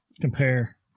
compare